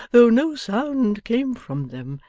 though no sound came from them,